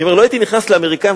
לא הייתי נכנס לאמריקנים,